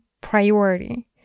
priority